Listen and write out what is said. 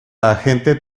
agente